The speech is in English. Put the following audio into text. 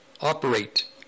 operate